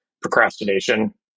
Procrastination